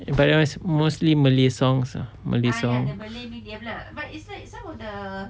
but it was mostly malay songs lah malay songs